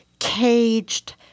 caged